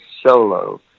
Solo